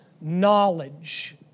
knowledge